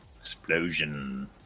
explosion